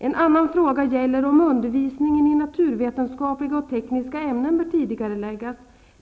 En annan fråga gäller om undervisningen i naturvetenskapliga och tekniska ämnen bör tidigareläggas.